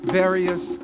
various